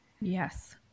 yes